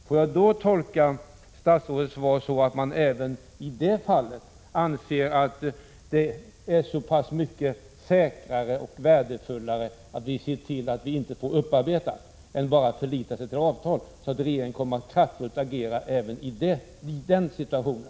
Får jag tolka statsrådets svar så att regeringen anser att det är så pass mycket säkrare och värdefullare att se till att vi inte får materialet upparbetat än att bara förlita sig till avtalet, att regeringen kommer att kraftfullt agera även i den situationen?